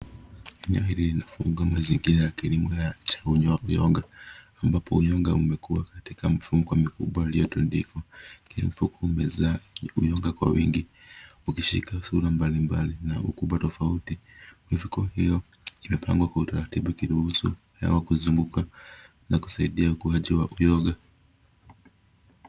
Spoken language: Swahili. Eneo hili lina fuga mazingira ya kilimo cha uyoga ambapo uyoga umekuwa katika mifuko mikubwa iliyotundikwa. Mifuko hiyo imewezaa uyoga kwa wingi ukishika sura mbalimbali na ukubwa tofauti. Mifuko hiyo imepangwa kwa utaratibu ili kuruhusu hewa kuzunguka na kusaidia ukuaji wa uyoga.